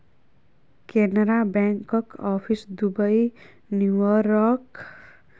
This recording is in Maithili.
कैनरा बैंकक आफिस दुबई, न्यूयार्क, हाँगकाँग आ लंदन मे सेहो छै